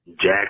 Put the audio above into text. Jack